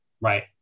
Right